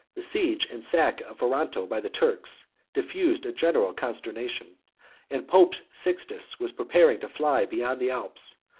the siege and sack of otranto by the turks diffused a general consternation and pope sixtus was preparing to fly beyond the alps,